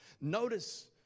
Notice